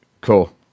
Cool